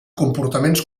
comportaments